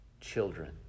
Children